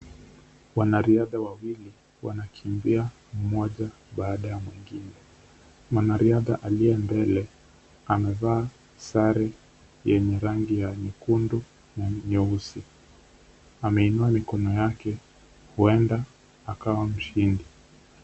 Wanariadha wawili wanakimbia mmoja baada ya mwingine. Mwanariadha aliye mbele amevaa sare yenye rangi ya nyekundu na nyeusi. Ameinua mikono yake huenda akawa mshindi.